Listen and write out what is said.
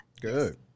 good